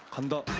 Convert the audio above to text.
and